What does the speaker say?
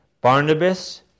Barnabas